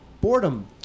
boredom